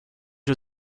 you